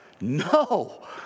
no